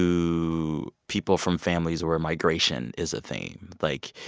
to people from families where migration is a theme. like,